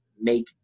make